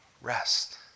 rest